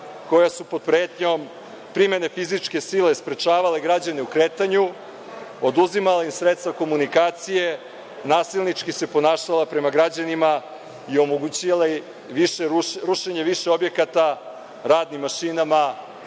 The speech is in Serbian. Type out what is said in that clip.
koja su pod pretnjom primene fizičke sile sprečavale građane u kretanju, oduzimala im sredstva komunikacije, nasilnički se ponašala prema građanima i omogućivala rušenje više objekata raznim mašinama